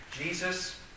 Jesus